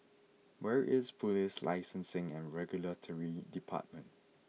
where is Police Licensing and Regulatory Department